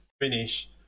finish